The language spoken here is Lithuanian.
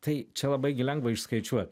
tai čia labai gi lengva išskaičiuot